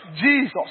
Jesus